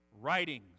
writings